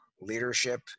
leadership